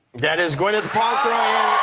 that is gwynneth paltrow